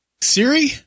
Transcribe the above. siri